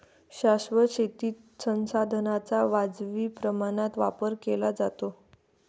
शाश्वत शेतीत संसाधनांचा वाजवी प्रमाणात वापर केला जातो